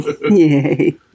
yay